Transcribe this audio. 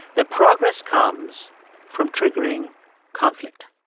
that progress comes from triggering conflict